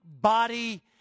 body